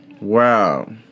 Wow